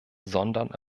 sondern